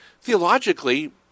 theologically